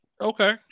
Okay